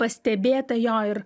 pastebėta jo ir